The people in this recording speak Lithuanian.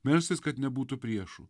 melstis kad nebūtų priešų